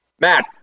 Matt